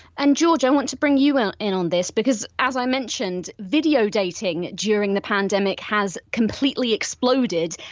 and george, i want to bring you and in on this because as i mentioned video dating during the pandemic has completely exploded,